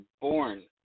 born